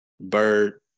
Bird